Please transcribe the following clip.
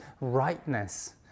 rightness